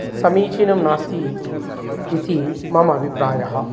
समीचीनं नास्ति इति मम अभिप्रायः